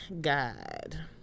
god